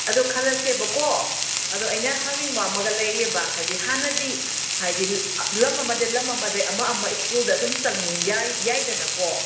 ꯑꯗꯣ ꯈꯜꯂꯁꯦꯕꯀꯣ ꯑꯗꯣ ꯑꯩꯅ ꯍꯪꯅꯤꯡꯕ ꯑꯃꯒ ꯂꯩꯔꯤꯑꯕ ꯍꯥꯏꯗꯤ ꯍꯥꯟꯅꯗꯤ ꯍꯥꯏꯗꯤ ꯂꯝ ꯑꯃꯗꯩ ꯂꯝ ꯑꯃꯗꯩ ꯑꯃ ꯑꯃ ꯁ꯭ꯀꯨꯜꯗ ꯑꯗꯨꯝ ꯆꯪ ꯌꯥꯏ ꯌꯥꯏꯗꯅꯀꯣ